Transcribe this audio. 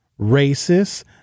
racist